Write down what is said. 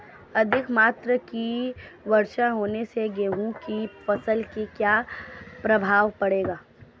अधिक मात्रा की वर्षा होने से गेहूँ की फसल पर क्या प्रभाव पड़ेगा?